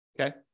Okay